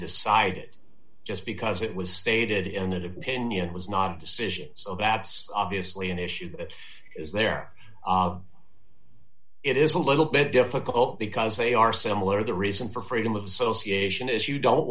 decided just because it was stated in that opinion was not a decision so bad obviously an issue that is there it is a little bit difficult because they are similar the reason for freedom of association is you don't